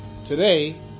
Today